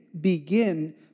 begin